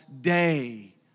day